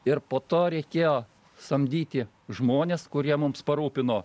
ir po to reikėjo samdyti žmones kurie mums parūpino